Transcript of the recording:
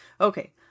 okay